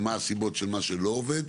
ומה הסיבות למה שלא עובד.